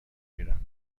میرم